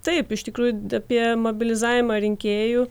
taip iš tikrųjų apie mobilizavimą rinkėjų